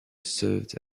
served